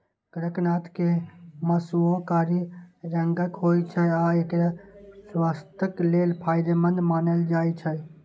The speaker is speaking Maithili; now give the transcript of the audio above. कड़कनाथ के मासुओ कारी रंगक होइ छै आ एकरा स्वास्थ्यक लेल फायदेमंद मानल जाइ छै